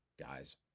guys